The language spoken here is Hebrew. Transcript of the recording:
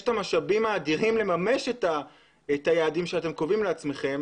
את המשאבים האדירים לממש את היעדים שאתם קובעים לעצמכם.